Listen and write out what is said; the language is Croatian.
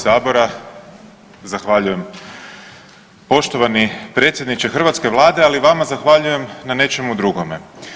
Zahvaljujem, poštovani predsjedniče hrvatske vlade, ali vama zahvaljujem na nečemu drugome.